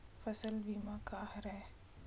फसल बीमा का हरय?